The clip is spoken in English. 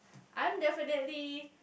I'm definitely